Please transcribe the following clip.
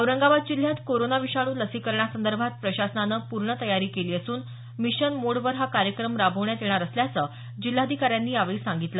औरंगाबाद जिल्ह्यात कोरोनो विषाणू लसीकरणासंदर्भात प्रशासनानं पूर्ण तयारी केली असून मिशन मोड वर हा कार्यक्रम राबवण्यात येणार असल्याचं जिल्हाधिकाऱ्यांनी यावेळी सांगितलं